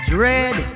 Dread